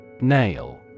Nail